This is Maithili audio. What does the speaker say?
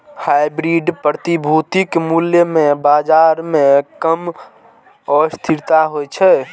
हाइब्रिड प्रतिभूतिक मूल्य मे बाजार मे कम अस्थिरता होइ छै